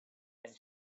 and